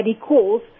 calls